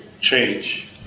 change